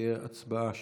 תהיה הצבעה שמית.